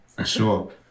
Sure